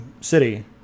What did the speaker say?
city